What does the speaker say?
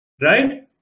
right